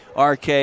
RK